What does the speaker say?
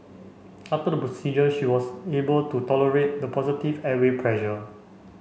after the procedure she was able to tolerate the positive airway pressure